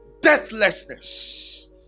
deathlessness